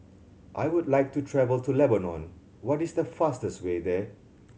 I would like to travel to Lebanon what is the fastest way there